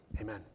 Amen